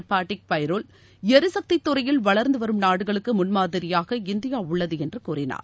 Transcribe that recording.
Fatih Birol எரிசக்தித் துறையில் வளர்ந்து வரும்நாடுகளுக்கு முன்மாதிரியாக இந்தியா உள்ளது என்று கூறினார்